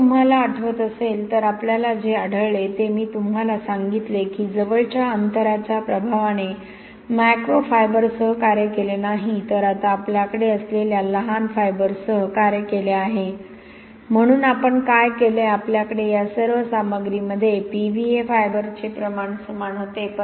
जर तुम्हाला आठवत असेल तर आपल्याला जे आढळले ते मी तुम्हाला सांगितले की जवळच्या अंतराच्या प्रभावाने मॅक्रोफायबरसह कार्य केले नाही तर आता आपल्याकडे असलेल्या लहान तंतूंसह कार्य केले आहे म्हणून आपण काय केले आपल्याकडे या सर्व सामग्रीमध्ये पीव्हीए फायबरचे प्रमाण समान होते